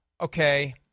Okay